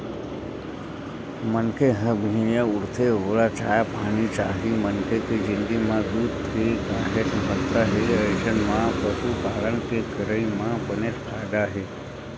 मनखे ह बिहनिया उठथे ओला चाय पानी चाही मनखे के जिनगी म दूद के काहेच महत्ता हे अइसन म पसुपालन के करई म बनेच फायदा हे